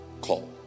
call